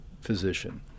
physician